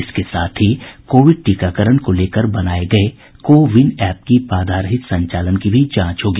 इसके साथ ही कोविड टीकाकरण को लेकर बनाये गये को विन ऐप की बाधा रहित संचालन की भी जांच होगी